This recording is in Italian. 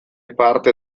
parte